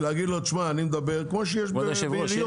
כמו שיש בעיריות.